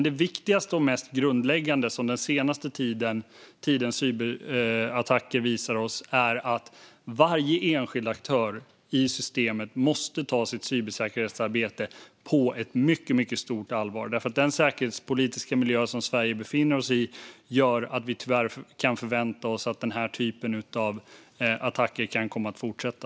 Det viktigaste och mest grundläggande som den senaste tidens cyberattacker har visat oss är att varje enskild aktör i systemet måste ta sitt cybersäkerhetsarbete på ett mycket stort allvar. Den säkerhetspolitiska miljö som Sverige befinner sig i gör att vi tyvärr kan förvänta oss att den här typen av attacker kan komma att fortsätta.